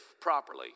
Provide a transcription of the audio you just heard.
properly